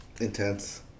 Intense